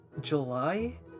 July